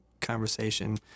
conversation